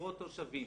עשרות תושבים